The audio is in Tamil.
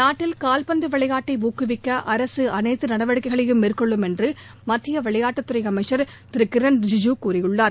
நாட்டில் கால்பந்து விளையாட்டை ஊக்குவிக்க அரசு அனைத்து நடவடிக்கைகளையும் மேற்கொள்ளும் என்று மத்திய விளையாட்டுத்துறை அமைச்சர் திரு கிரண் ரிஜிஜூ கூறியுள்ளார்